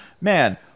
man